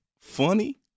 funny